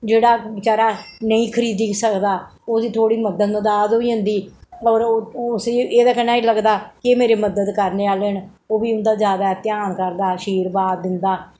जेह्ड़ा बचैरा नेईं खरीदी सकदा ओह्दी थोह्ड़ी मद मदाद होई जंदी और उसी एह्दे कन्नै एह् लगदा कि मेरी मदद करने आह्ले न ओह् बी इं'दा जैदा ध्यान करदा शिर्वाद दिंदा